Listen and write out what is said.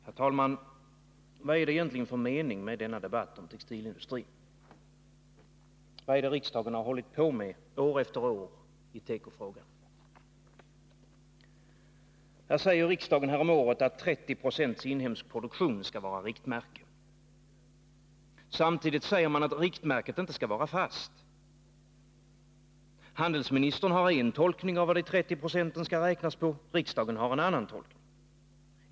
Herr talman! Vad är det egentligen för mening med denna debatt om textilindustrin? Vad är det riksdagen hållit på med år efter år i tekofrågan? Här säger riksdagen häromåret att 30 Z0 inhemsk produktion skall vara riktmärke. Samtidigt säger man att riktmärket inte skall vara fast. Handelsministern har en tolkning av vad de 30 procenten skall räknas på, och riksdagen har en annan.